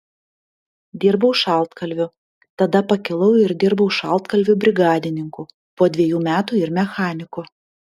dirbau šaltkalviu tada pakilau ir dirbau šaltkalviu brigadininku po dviejų metų ir mechaniku